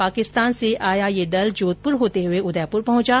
पाकिस्तान से आया ये टिड्डी दल जोधपुर होते हुए उदयपुर पहुंचा